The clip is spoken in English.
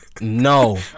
No